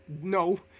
No